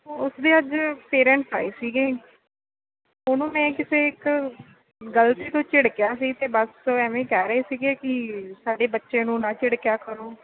ਉਸਦੇ ਅੱਜ ਪੇਰੈਂਟਸ ਆਏ ਸੀਗੇ ਉਹਨੂੰ ਮੈਂ ਕਿਸੇ ਇੱਕ ਗਲਤੀ ਤੋਂ ਝਿੜਕਿਆ ਸੀ ਅਤੇ ਬਸ ਐਵੇਂ ਕਹਿ ਰਹੇ ਸੀਗੇ ਕਿ ਸਾਡੇ ਬੱਚੇ ਨੂੰ ਨਾ ਝਿੜਕਿਆ ਕਰੋ